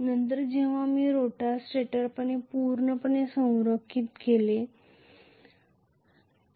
नंतर जेव्हा मी रोटर स्टेटरने पूर्णपणे संरेखित केले जाते